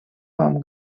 вам